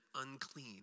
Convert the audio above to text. unclean